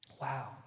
Wow